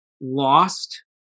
lost